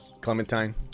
Clementine